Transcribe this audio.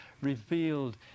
revealed